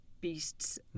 beasts